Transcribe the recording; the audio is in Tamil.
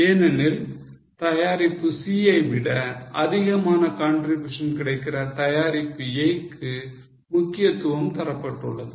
ஏனெனில் தயாரிப்பு C ஐ விட அதிகமான contribution கிடைக்கிற தயாரிப்பு A க்கு முக்கியத்துவம் தரப்பட்டுள்ளது